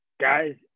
guys